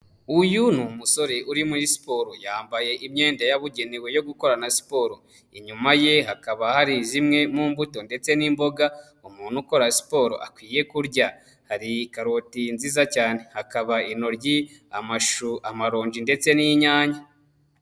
Uyu ni umusore uri muri siporo yambaye imyenda yabugenewe yo gukorana na siporo, inyuma ye hakaba hari zimwe mu mbuto ndetse n'imboga, umuntu ukora siporo akwiye kurya, hari karoti nziza cyane, hakaba inoryi, amarongi ndetse n'inyanya.